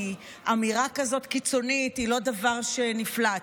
כי אמירה כזאת קיצונית היא לא דבר שנפלט,